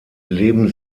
leben